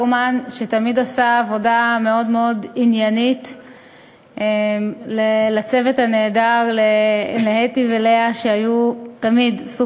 אנחנו נבקש מחברת הכנסת איילת שקד לעלות ולהודות למי שצריך להודות